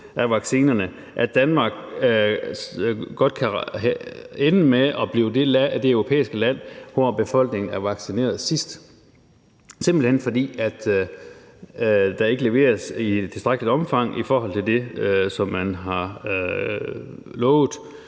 af vaccinerne, at Danmark godt kan ende med at blive det europæiske land, hvor befolkningen er vaccineret sidst, simpelt hen fordi der ikke leveres i et tilstrækkeligt omfang i forhold til det, som man har lovet,